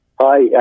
Hi